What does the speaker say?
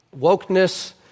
wokeness